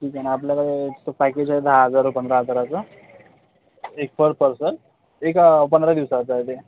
ठीक आहे ना आपल्याकडे तर पॅकेज आहे दहा हजार पंधरा हजाराचं एक पर पर्सन एका पंधरा दिवसाचं आहे ते